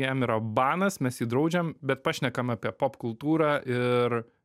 jam yra banas mes jį draudžiam bet pašnekam apie pop kultūrą ir